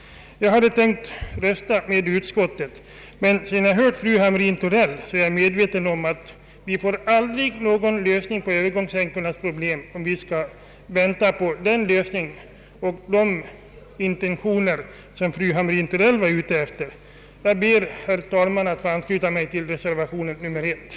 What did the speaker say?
Jag hade tänkt rösta med utskottsmajoriteten. Sedan jag lyssnat till fru Hamrin-Thorell är jag medveten om att vi aldrig får någon lösning på övergångsänkornas problem om vi skall vänta på den lösning och de intentioner som fru Hamrin-Thorell tydligen är ute efter. Herr talman! Jag ber att få ansluta mig till reservation I.